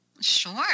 Sure